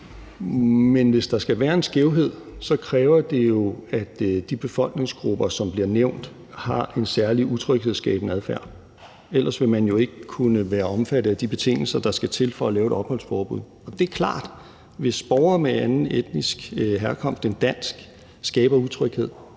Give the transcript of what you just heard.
Men hvis der skal være en skævhed, kræver det jo, at de befolkningsgrupper, som bliver nævnt, har en særlig utryghedsskabende adfærd. Ellers vil man jo ikke kunne være omfattet af de betingelser, der skal til, for at lave et opholdsforbud. Det er klart, at hvis borgere med anden etnisk herkomst end dansk skaber utryghed,